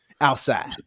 outside